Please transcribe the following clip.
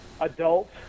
adult